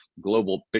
global